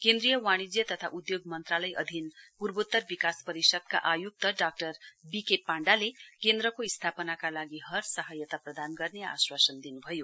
केन्द्रीय वाणिज्य तथा उद्योग मन्त्रालय अधीन पूर्वत्तर विकास परिषदका आयुक्त डाक्टर वी के पाण्डाले केन्द्रको स्थापनाका लागि हर सहायता प्रदान गर्ने आश्वासन दिनुभयो